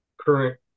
current